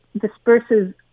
disperses